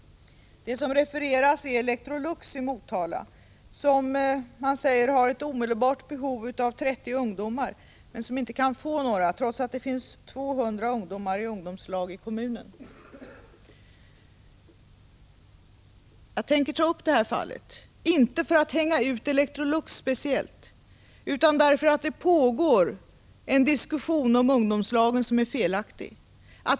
Man refererar till Electrolux i Motala, som sägs ha ett omedelbart behov av 30 ungdomar men som inte kan få några, trots att det finns 200 ungdomar i ungdomslag i kommunen. Jag tänker ta upp det här fallet, inte för att ”hänga ut” Electrolux speciellt utan därför att det pågår en diskussion om ungdomslagen som är felaktig.